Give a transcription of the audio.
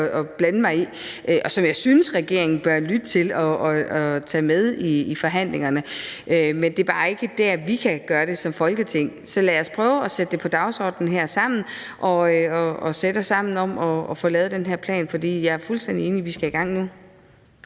blande mig i, og som jeg synes regeringen bør lytte til og tage med i forhandlingerne, men det er bare ikke der, vi kan gøre det som Folketing. Så lad os prøve at sætte det på dagsordenen her sammen, og lad os sætte os sammen og få lavet den her plan, for jeg er fuldstændig enig, vi skal i gang nu.